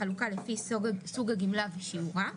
בחלוקה לפי סוג הגמלה ושיעורה,